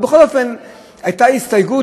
אבל בכל מקרה הייתה הסתייגות,